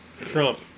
Trump